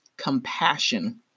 compassion